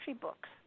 books